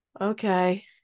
Okay